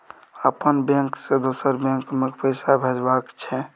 अपन बैंक से दोसर बैंक मे पैसा भेजबाक छै?